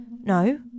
No